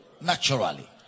naturally